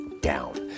down